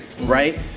right